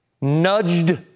nudged